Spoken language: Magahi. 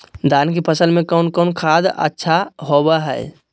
धान की फ़सल में कौन कौन खाद अच्छा होबो हाय?